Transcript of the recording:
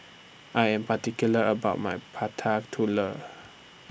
I Am particular about My Prata Telur